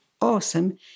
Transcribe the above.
awesome